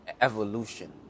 evolution